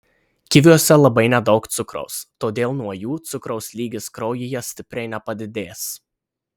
kiviuose labai nedaug cukraus todėl nuo jų cukraus lygis kraujyje stipriai nepadidės